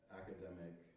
academic